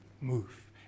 move